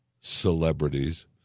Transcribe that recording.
celebrities